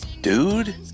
Dude